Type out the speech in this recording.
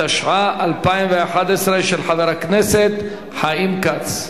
התשע"א 2011, של חבר הכנסת חיים כץ.